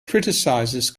criticizes